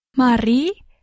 Mari